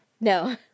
No